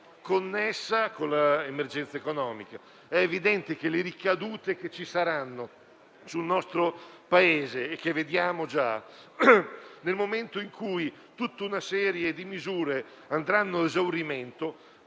connessa con quella economica. È evidente che le ricadute che ci saranno sul nostro Paese - e che vediamo già - nel momento in cui tutta una serie di misure andranno ad esaurimento